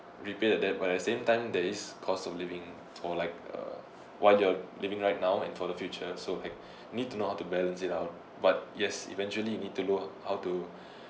repay the debt but at the same time there is cost of living for like a while you're living right now and for the future so like need to know how to balance it out but yes eventually you need to know how to